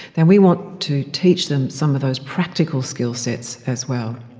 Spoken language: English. then we want to teach them some of those practical skillsets as well.